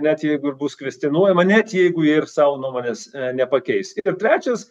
net jeigu ir bus kvestionuojama net jeigu ir savo nuomonės nepakeis ir trečias